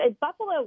Buffalo